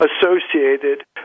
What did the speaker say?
associated